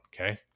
okay